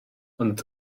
ond